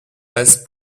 passent